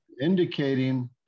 indicating